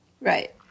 Right